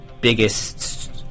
biggest